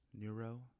Neuro